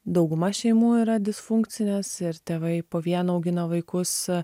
dauguma šeimų yra disfunkcinės ir tėvai po vieną augino vaikus